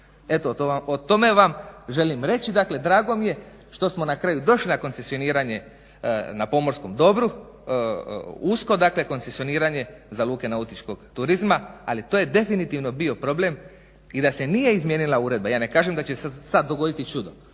Eto o tome vam želim reći, dakle drago mi je što smo na kraju došli na koncesioniranje na pomorskom dobru, usko dakle koncesioniranje za luke nautičkog turizma, ali to je definitivno bio problem i da se nije izmijenila uredba, ja ne kažem da će se sad dogoditi čudo,